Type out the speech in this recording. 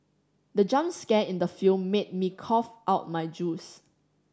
the jump scare in the film made me cough out my juice